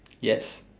yes